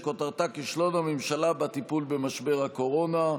שכותרתה: כישלון הממשלה בטיפול במשבר הקורונה.